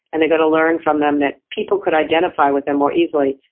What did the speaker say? and they're going to learn from them that people could identify with them more easily,